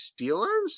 Steelers